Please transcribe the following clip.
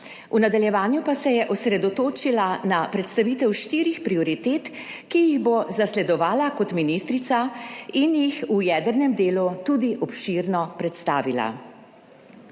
v nadaljevanju pa se je osredotočila na predstavitev štirih prioritet, ki jih bo zasledovala kot ministrica in jih v jedrnem delu tudi obširno predstavila.